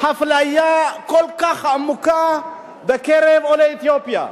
אפליה כל כך עמוקה בקרב עולי אתיופיה?